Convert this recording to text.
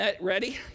ready